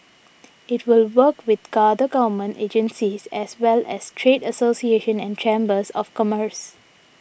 it will work with other government agencies as well as trade associations and chambers of commerce